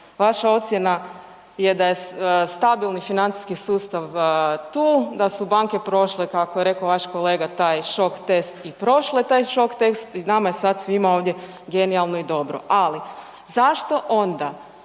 vaša ocjena je da je stabilni financijski sustav tu, da su banke prošle kako je rekao vaš kolega taj šok test i prošle taj šok test i nama je sad svima ovdje genijalno i dobro. Ali zašto onda